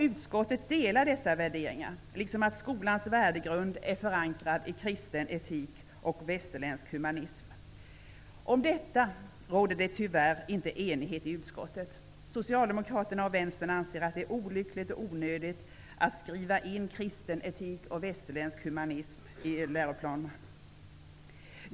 Utskottet delar dessa värderingar, liksom att skolans värdegrund är förankrad i kristen etik och västerländsk humanism. Om detta råder det tyvärr inte enighet i utskottet. Socialdemokraterna och vänstern anser att det är olyckligt och onödigt att skriva in dessa ord, kristen etik och västerländsk humanism, i läroplanen.